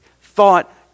thought